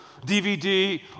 DVD